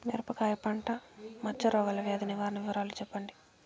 మిరపకాయ పంట మచ్చ రోగాల వ్యాధి నివారణ వివరాలు చెప్పండి?